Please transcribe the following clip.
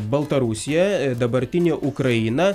baltarusija dabartinė ukraina